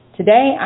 Today